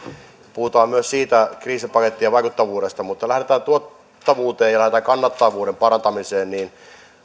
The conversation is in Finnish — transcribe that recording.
puhutaan myös siitä kriisipakettien vaikuttavuudesta mutta lähdetään tuottavuuteen ja lähdetään kannattavuuden parantamiseen